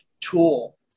tool